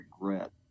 regret